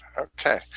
Okay